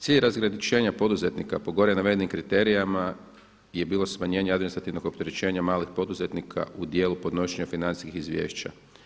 Cilj razgraničenja poduzetnika po gore navedenim kriterijima je bilo smanjenje administrativnog opterećenja malih poduzetnika u dijelu podnošenja financijskih izvješća.